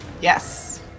Yes